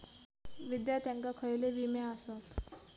विद्यार्थ्यांका खयले विमे आसत?